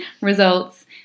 results